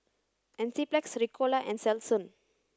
Enzyplex Ricola and Selsun